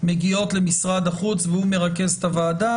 מגיעות למשרד החוץ והוא מרכז את הוועדה,